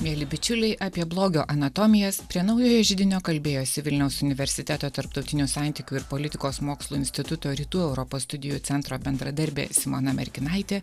mieli bičiuliai apie blogio anatomijas prie naujojo židinio kalbėjosi vilniaus universiteto tarptautinių santykių ir politikos mokslų instituto rytų europos studijų centro bendradarbė simona merkinaitė